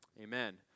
Amen